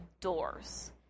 doors